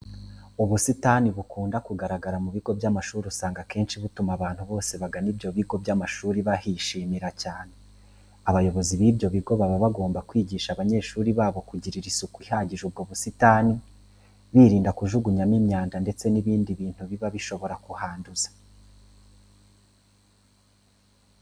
Ubusitani bukunda kugaragara mu bigo by'amashuri usanga akenshi butuma abantu bose bagana ibyo bigo by'amashuri bahishimira cyane. Abayobozi b'ibyo bigo baba bagomba kwigisha abanyeshuri babo kugirira isuku ihagije ubwo busitani birinda kubujugunyamo imyanda ndetse n'ibindi bintu biba bishobora kuhanduza.